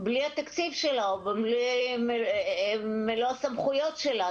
בלי התקציב שלה, מלוא הסמכויות שלה?